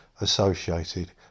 associated